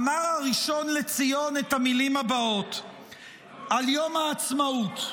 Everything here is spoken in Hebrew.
אמר הראשון לציון את המילים הבאות על יום העצמאות: